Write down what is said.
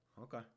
Okay